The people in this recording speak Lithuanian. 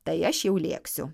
tai aš jau lėksiu